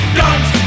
guns